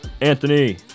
Anthony